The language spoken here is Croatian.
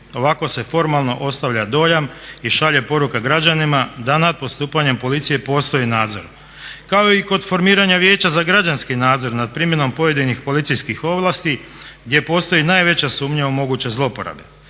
Ovako se formalno ostavlja dojam i šalje poruka građanima da nad postupanjem policije postoji nadzor kao i kod formiranja Vijeća za građanski nadzor nad primjenom pojedinih policijskih ovlasti gdje postoji najveća sumnja u moguće zlouporabe.